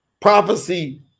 Prophecy